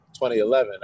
2011